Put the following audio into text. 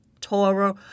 torah